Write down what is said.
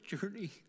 journey